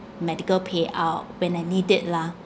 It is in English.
medical payout when I need it lah